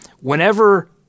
whenever